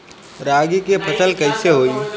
रागी के फसल कईसे होई?